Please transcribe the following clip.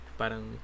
parang